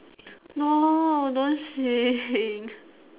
no don't sing